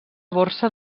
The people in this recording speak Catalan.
borsa